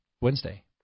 Wednesday